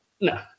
no